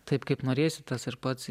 taip kaip norėsiu tas ir pats